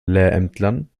lehrämtlern